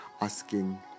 asking